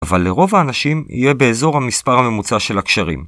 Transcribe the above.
אבל לרוב האנשים יהיה באזור המספר הממוצע של הקשרים.